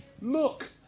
look